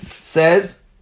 says